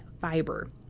fiber